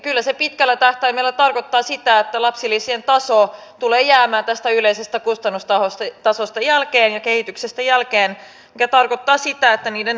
kyllä se pitkällä tähtäimellä tarkoittaa sitä että lapsilisien taso tulee jäämään tästä yleisestä kustannustasosta ja kehityksestä jälkeen mikä tarkoittaa sitä että niiden taso laskee